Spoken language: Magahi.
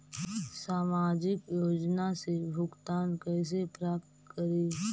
सामाजिक योजना से भुगतान कैसे प्राप्त करी?